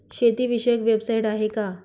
शेतीविषयक वेबसाइट आहे का?